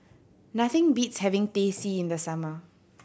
nothing beats having Teh C in the summer